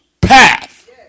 path